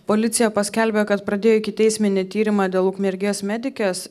policija paskelbė kad pradėjo ikiteisminį tyrimą dėl ukmergės medikės